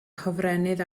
hofrennydd